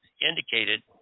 indicated